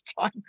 time